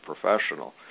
professional